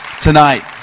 tonight